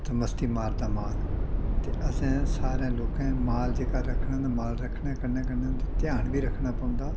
उत्थै मस्ती मारदा माल ते असें सारें लोकें माल जेह्का रक्खना तां माल रक्खने कन्नै कन्नै उं'दी ध्यान बी रक्खना पौंदा